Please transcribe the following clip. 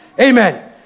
Amen